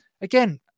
again